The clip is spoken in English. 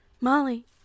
Molly